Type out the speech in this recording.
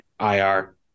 IR